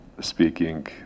speaking